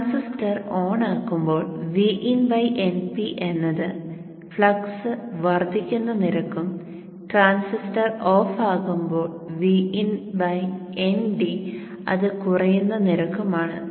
transistor ഓണാക്കുമ്പോൾ Vin Np എന്നത് flux വർദ്ധിക്കുന്ന നിരക്കും ട്രാൻസിസ്റ്റർ ഓഫ് ആകുമ്പോൾ Vin Nd അത് കുറയുന്ന നിരക്കും ആണ്